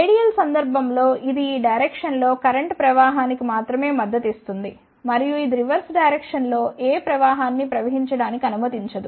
ideal సందర్భం లో ఇది ఈ డెైరెక్షన్ లో కరెంట్ ప్రవాహానికి మాత్రమే మద్దతు ఇస్తుంది మరియు ఇది రివర్స్ డెైరెక్షన్ లో ఏ ప్రవాహాన్ని ప్రవహించటానికి అనుమతించదు